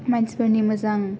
मानसिफोरनि मोजां